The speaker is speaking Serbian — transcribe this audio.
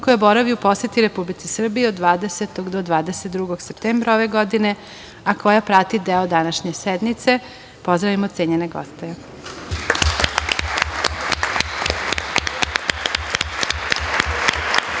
koja boravi u poseti Republici Srbiji od 20. do 22. septembra ove godine, a koja prati deo današnje sednice. Molim vas,